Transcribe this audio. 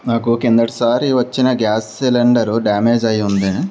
నాకు కిందటిసారి వచ్చిన గ్యాస్ సిలిండరు డ్యామేజ్ అయి ఉంది